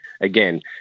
again